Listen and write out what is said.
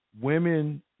women